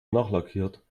nachlackiert